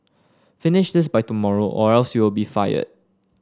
finish this by tomorrow or else you'll be fired